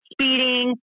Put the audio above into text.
speeding